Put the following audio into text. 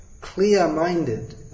clear-minded